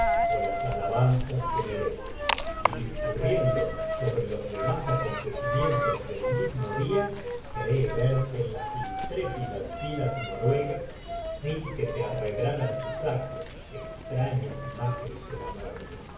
ó las alabanzas que mereces y discurriendo sobre los demás acontecimientos del mismo día cree verte en las intrépidas filas noruegas sin que te arredraran tus actos extrañas imágenes de la muerte